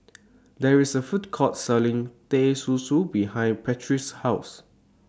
There IS A Food Court Selling Teh Susu behind Patrice's House